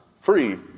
free